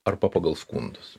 arba pagal skundus